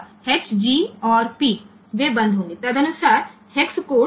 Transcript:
તે બંધ છે તેથી તે મુજબ હેક્સ કોડ 3 f છે